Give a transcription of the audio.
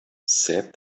said